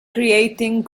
creating